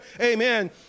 amen